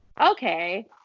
okay